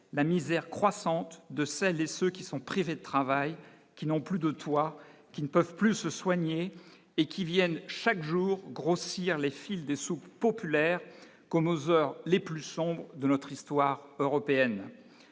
la misère croissante de celles et ceux qui sont privés de travail, qui n'ont plus de toit qui ne peuvent plus se soigner et qui viennent chaque jour grossir les files des soupes populaires comme aux heures les plus sombres de notre histoire européenne,